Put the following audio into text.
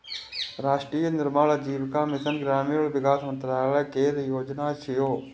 राष्ट्रीय ग्रामीण आजीविका मिशन ग्रामीण विकास मंत्रालय केर योजना छियै